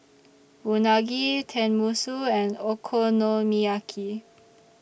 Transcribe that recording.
Unagi Tenmusu and Okonomiyaki